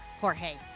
Jorge